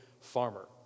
farmer